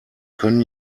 können